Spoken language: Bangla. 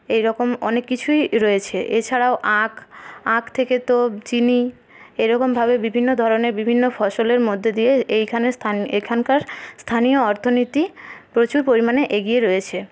এইরকম অনেক কিছুই রয়েছে এছাড়াও আখ থেকে তো চিনি এরকমভাবে বিভিন্ন ধরনের বিভিন্ন ফসলের মধ্যে দিয়ে এইখানে স্থানীয় এখানকার স্থানীয় অর্থনীতি প্রচুর পরিমাণে এগিয়ে রয়েছে